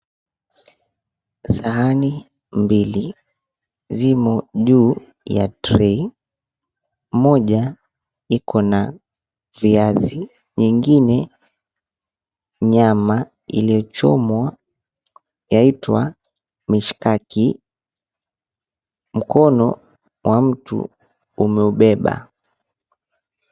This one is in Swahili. Sahani mbili zimo juu ya tray . Moja iko na viazi, nyingine nyama iliochomwa yaitwa mishikaki. Mkono wa mtu umeubeba.